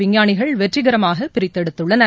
விஞ்ஞானிகள் வெற்றிகரமாக பிரித்தெடுத்துள்ளனர்